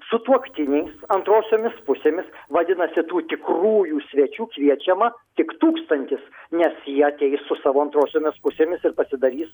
sutuoktiniai antrosiomis pusėmis vadinasi tų tikrųjų svečių kviečiama tik tūkstantis nes jie ateis su savo antrosiomis pusėmis ir pasidarys